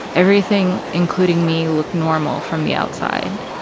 everything, including me, looked normal from the outside.